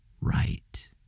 right